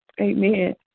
Amen